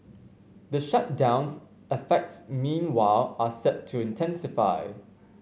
the shutdown's effects meanwhile are set to intensify